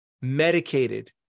medicated